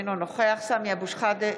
אינו נוכח סמי אבו שחאדה,